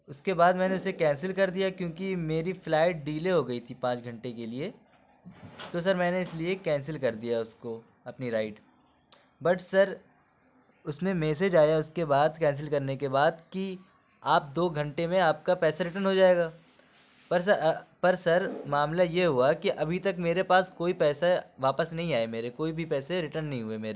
اُس کے بعد میں نے اُسے کینسل کر دیا کیوں کہ میری فلائٹ ڈیلے ہو گئی تھی پانچ گھنٹے کے لیے تو سر میں نے اِس لیے کینسل کر دیا اُس کو اپنی رائڈ بٹ سر اُس میں میسیج آیا اُس کے بعد کینسل کرنے کے بعد کہ آپ دو گھنٹے میں آپ کا پیسہ ریٹرن ہو جائے گا پر پر سر معاملہ یہ ہُوا کہ ابھی تک میرے پاس کوئی پیسہ واپس نہیں آیا میرے کوئی بھی پیسے ریٹن نہیں ہوئے میرے